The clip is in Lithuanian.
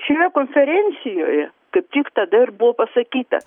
šioje konferencijoje kaip tik tada ir buvo pasakyta